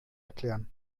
erklären